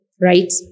right